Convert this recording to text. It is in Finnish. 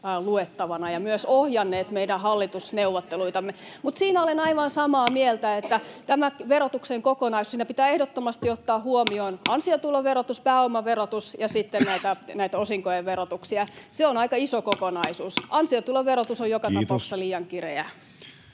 ennenkin!] ja myös ohjanneet meidän hallitusneuvotteluitamme. Mutta siinä olen aivan samaa mieltä, että tässä verotuksen kokonaisuudessa pitää ehdottomasti ottaa huomioon ansiotuloverotus, pääomaverotus ja sitten näitä osinkojen verotuksia. Se on aika iso kokonaisuus. Ansiotuloverotus on joka tapauksessa liian kireä. [Speech